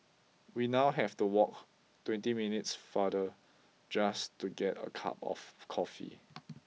we now have to walk twenty minutes farther just to get a cup of coffee